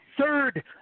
third